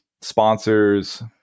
Sponsors